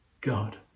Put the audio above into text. God